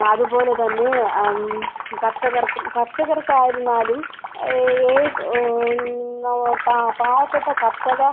അതുപോലെ തന്നെ കർഷകർക്കും കർഷകർക്ക് ആയിരുന്നാലും ഏത് പാവ പാവപ്പെട്ട കർഷക